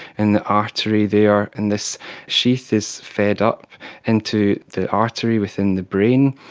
in the artery there, and this sheath is fed up into the artery within the brain,